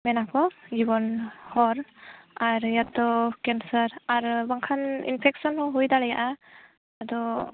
ᱢᱮᱱᱟᱠᱚ ᱡᱤᱵᱚᱱ ᱦᱚᱨ ᱟᱨ ᱨᱮᱭᱟᱜ ᱫᱚ ᱠᱮᱱᱥᱟᱨ ᱟᱨ ᱵᱟᱝᱠᱷᱟᱱ ᱤᱱᱯᱷᱮᱠᱥᱮᱱ ᱦᱚᱸ ᱦᱩᱭᱫᱟᱲᱮᱭᱟᱜᱼᱟ ᱟᱫᱚ